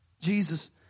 Jesus